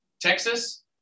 Texas